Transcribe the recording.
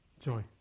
joy